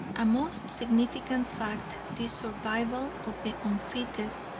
a most significant fact this survival of the unfittest,